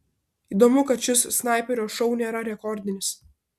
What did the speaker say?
įdomu kad šis snaiperio šou nėra rekordinis